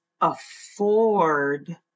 afford